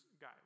guy